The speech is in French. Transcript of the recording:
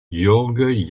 jörg